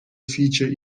feature